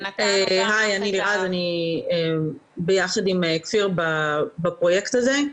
היי, אני לירז, אני ביחד עם כפיר בפרויקט הזה.